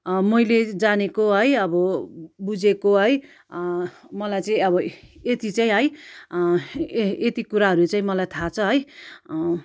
मैले जानेको है अब बुझेको है मलाई चाहिँ अब यति चाहिँ है ए यति कुराहरू चाहिँ मलाई थाहा छ है